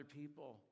people